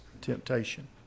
temptation